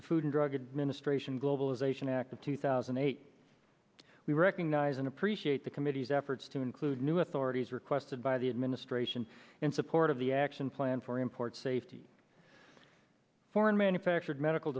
the food and drug administration globalization act of two thousand and eight we recognize and appreciate the committee's efforts to include new authorities requested by the administration in support of the action plan for import safety foreign manufactured medical